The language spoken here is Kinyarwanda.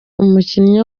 umukinnyi